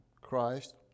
Christ